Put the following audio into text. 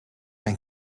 mijn